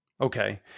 okay